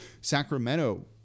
Sacramento